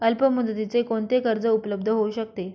अल्पमुदतीचे कोणते कर्ज उपलब्ध होऊ शकते?